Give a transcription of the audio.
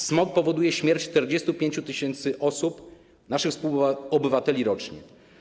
Smog powoduje śmierć 45 tys. osób, naszych współobywateli, rocznie.